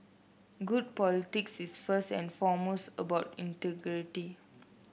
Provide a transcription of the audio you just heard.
good politics is first and foremost about integrity